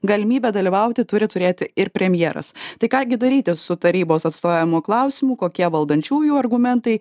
galimybę dalyvauti turi turėti ir premjeras tai ką gi daryti su tarybos atstovavimo klausimų kokie valdančiųjų argumentai